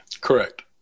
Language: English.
Correct